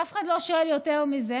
אף אחד לא שואל יותר מזה.